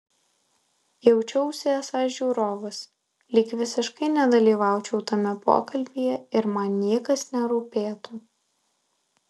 jaučiausi esąs žiūrovas lyg visiškai nedalyvaučiau tame pokalbyje ir man niekas nerūpėtų